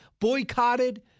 boycotted